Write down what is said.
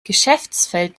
geschäftsfeld